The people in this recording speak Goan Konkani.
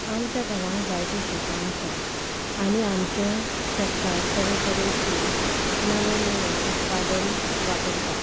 आमच्या गांवांत जायतीं शेतां आसा आनी आमचे शेतकार तरेतरेची नवें नवें उत्पादन वापरता